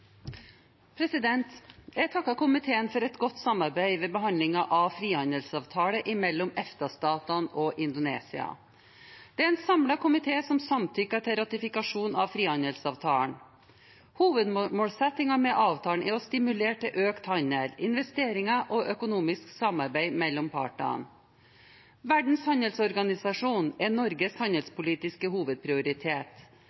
en samlet komité som samtykker til ratifikasjon av frihandelsavtalen. Hovedmålsettingen med avtalen er å stimulere til økt handel, investeringer og økonomisk samarbeid mellom partene. Verdens handelsorganisasjon er Norges